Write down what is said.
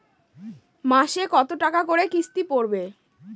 মাসে কত টাকা করে কিস্তি পড়বে?